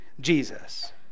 Jesus